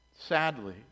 Sadly